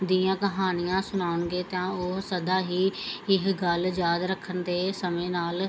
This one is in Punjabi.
ਦੀਆਂ ਕਹਾਣੀਆਂ ਸੁਣਾਉਣਗੇ ਤਾਂ ਉਹ ਸਦਾ ਹੀ ਇਹ ਗੱਲ ਯਾਦ ਰੱਖਣ ਦੇ ਸਮੇਂ ਨਾਲ